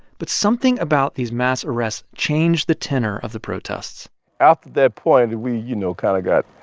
but something about these mass arrests changed the tenor of the protests after that point, we, you know, kind of got